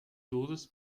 dosis